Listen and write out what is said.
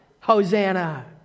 Hosanna